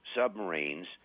submarines